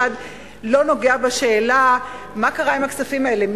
לא נוגע בשאלה מה קרה עם הכספים האלה.